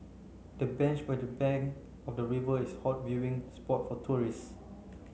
the bench by the bank of the river is a hot viewing spot for tourists